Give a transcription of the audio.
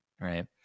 right